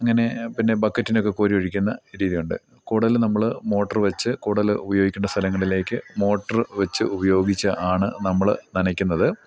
അങ്ങനെ പിന്നെ ബക്കറ്റിനൊക്കെ കോരിയൊഴിക്കുന്ന രീതിയുണ്ട് കൂടുതൽ നമ്മൾ മോട്ടർ വെച്ച് കൂടുതൽ ഉപയോഗിക്കേണ്ട സ്ഥലങ്ങളിലേക്ക് മോട്ടർ വെച്ച് ഉപയോഗിച്ച് ആണ് നമ്മൾ നനയ്ക്കുന്നത്